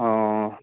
অ